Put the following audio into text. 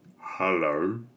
Hello